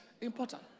Important